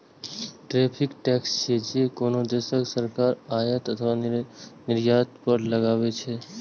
tariff tax छियै, जे कोनो देशक सरकार आयात अथवा निर्यात पर लगबै छै